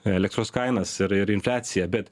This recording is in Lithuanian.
elektros kainas ir ir infliaciją bet